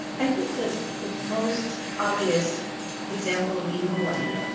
i think the the most obvious example would be in hawaii,